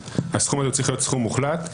הסכום הזה צריך להיות סכום מוחלט.